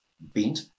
bent